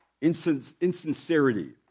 Insincerity